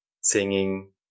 singing